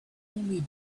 only